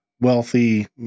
wealthy